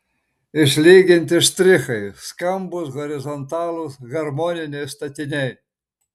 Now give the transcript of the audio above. išlyginti štrichai skambūs horizontalūs harmoniniai statiniai